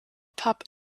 pup